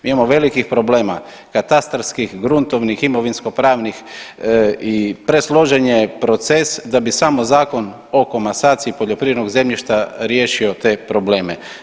Mi imamo velikih problema katastarskih, gruntovnih, imovinsko-pravnih i presložen je proces za bi samo Zakon o komasaciji poljoprivrednog zemljišta riješio te probleme.